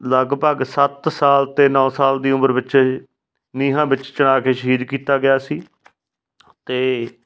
ਲਗਭਗ ਸੱਤ ਸਾਲ ਅਤੇ ਨੌ ਸਾਲ ਦੀ ਉਮਰ ਵਿੱਚ ਨੀਹਾਂ ਵਿੱਚ ਚਿਣਾ ਕੇ ਸ਼ਹੀਦ ਕੀਤਾ ਗਿਆ ਸੀ ਅਤੇ